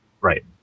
Right